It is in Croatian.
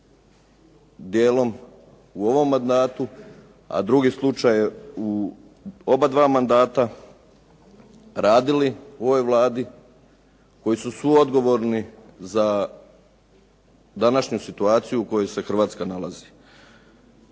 dijelom u ovom mandatu, a drugi slučaj je u oba dva mandata radili u ovoj Vladi, koji su suodgovorni za današnju situaciju u kojoj se Hrvatska nalazi.